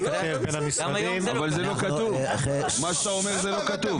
מה שאתה אומר זה לא כתוב.